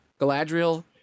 Galadriel